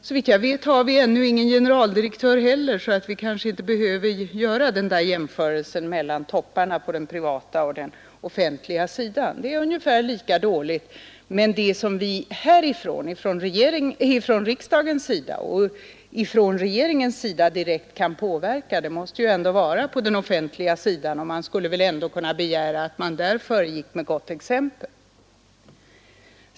Såvitt jag vet, har vi inga kvinnliga generaldirektörer heller, så vi behöver kanske inte göra någon jämförelse mellan topparna på den privata och den offentliga sidan. Det är ungefär lika dåligt. Men vad man från riksdagens sida och från regeringens sida direkt kan påverka måste ju ändå vara den offentliga sidan. Man skulle väl ändå kunna begära att vi där föregick med gott exempel.